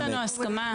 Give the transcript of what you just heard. יש הסכמה.